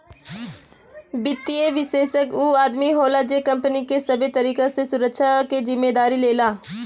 वित्तीय विषेशज्ञ ऊ आदमी होला जे कंपनी के सबे तरीके से सुरक्षा के जिम्मेदारी लेला